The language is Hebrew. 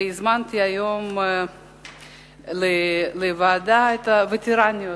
והזמנתי היום לוועדה את הווטרניות,